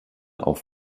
auf